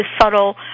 subtle